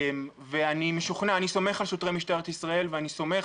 אני סומך על שוטרי משטרת ישראל ואני סומך